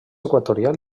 equatorial